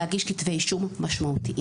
להגיש כתבי אישום משמעותיים.